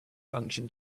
function